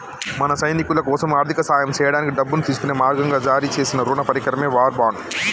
మన సైనికులకోసం ఆర్థిక సాయం సేయడానికి డబ్బును తీసుకునే మార్గంగా జారీ సేసిన రుణ పరికరమే వార్ బాండ్